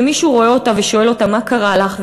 שמישהו רואה אותה ושואל אותה: מה קרה לך?